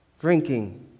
drinking